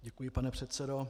Děkuji, pane předsedo.